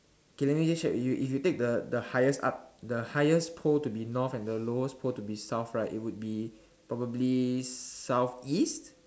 okay let me check with you you take the the highest up the highest pole to be north the lowest pole to be South it will be probably south east